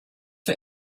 for